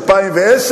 2010,